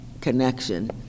connection